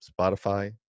Spotify